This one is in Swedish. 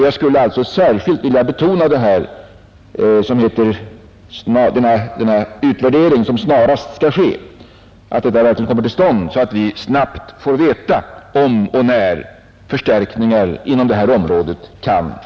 Jag skulle alltså särskilt vilja betona att denna utvärdering, som snarast skall ske, verkligen kommer till stånd så att vi snabbt får veta om och när förstärkningar inom detta område kan göras.